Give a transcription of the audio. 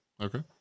Okay